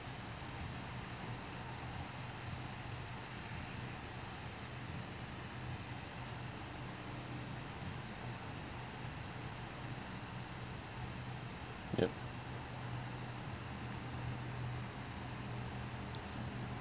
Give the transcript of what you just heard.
yup